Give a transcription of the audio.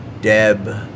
Deb